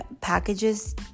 packages